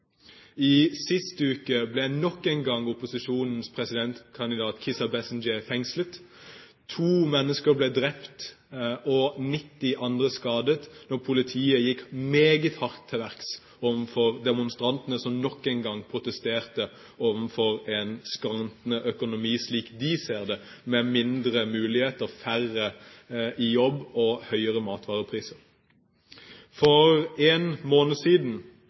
Sist uke ble nok en gang opposisjonens presidentkandidat Kizza Besigye fengslet. To mennesker ble drept og 90 andre skadet da politiet gikk meget hardt til verks overfor demonstrantene som nok en gang protesterte mot en skrantende økonomi, slik de ser det, med mindre muligheter, færre i jobb og høyere matvarepriser. For en måned siden